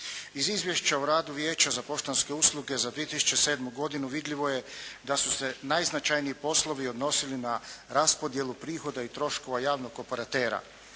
Iz izvješća o radu Vijeća za poštanske usluge za 2007. godinu vidljivo je da su se najznačajniji poslovi odnosili na raspodjelu prihoda i troškova javnog operatera.